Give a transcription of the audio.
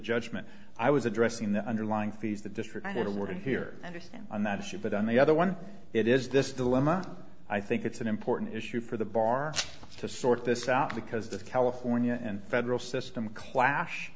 judgment i was addressing the underlying fees the district i go to work here understand on that issue but on the other one it is this dilemma i think it's an important issue for the bar to sort this out because if california and federal system clash